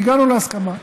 והגענו להסכמה.